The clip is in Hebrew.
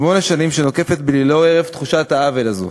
שמונה שנים נוקפת בי ללא הרף תחושת העוול הזאת.